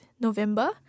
November